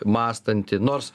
mąstanti nors